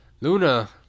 Luna